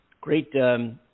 great